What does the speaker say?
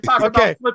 Okay